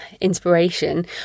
inspiration